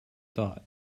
thought